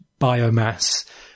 biomass